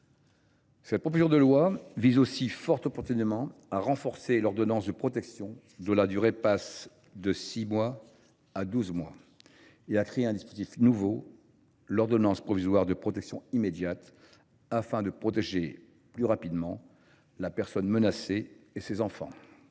Ce texte vise ainsi fort opportunément à renforcer l’ordonnance de protection, dont la durée passerait de six à douze mois, et à créer un dispositif nouveau, l’ordonnance provisoire de protection immédiate, afin de protéger plus rapidement la personne menacée et ses enfants.